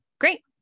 great